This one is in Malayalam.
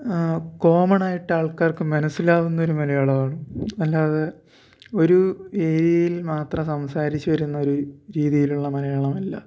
കോമണായിട്ട് ആൾക്കാർക്ക് മനസ്സിലാകുന്നൊരു മലയാളമാണ് അല്ലാതെ ഒരു ഏരിയയിൽ മാത്രം സംസാരിച്ച് വരുന്നൊരു രീതിയിലുള്ള മലയാളമല്ല